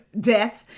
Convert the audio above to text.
Death